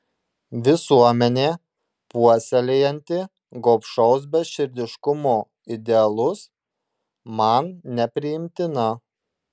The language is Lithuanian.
visuomenė puoselėjanti gobšaus beširdiškumo idealus man nepriimtina